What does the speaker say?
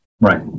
right